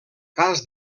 cas